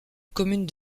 commune